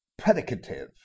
predicative